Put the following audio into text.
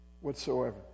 whatsoever